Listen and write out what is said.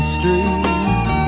Street